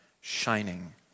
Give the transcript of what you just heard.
shining